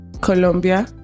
Colombia